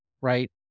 right